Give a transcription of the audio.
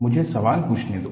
मुझे सवाल पूछने दो